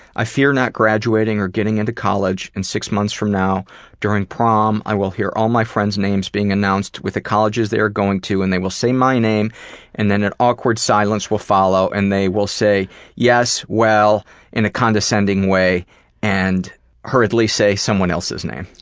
i fear not graduating or getting into college and six months from now during prom i will hear all my friends' names being announced with the colleges they're going to and they will say my name and then an awkward silence will follow and they will say yes, well in a condescending way and hurriedly say someone else's name.